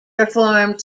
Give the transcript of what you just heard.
performed